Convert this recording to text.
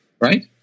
right